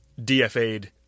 DFA'd